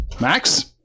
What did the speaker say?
Max